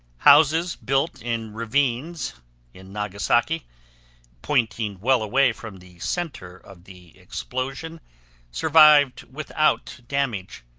houses built in ravines in nagasaki pointing well away from the center of the explosion survived without damage,